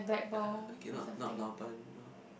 uh okay cannot not Lao Ban no